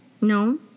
No